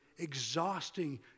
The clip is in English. exhausting